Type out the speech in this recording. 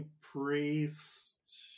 Priest